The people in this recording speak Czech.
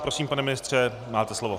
Prosím, pane ministře, máte slovo.